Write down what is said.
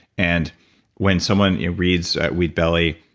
and when someone reads wheat belly,